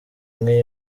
imwe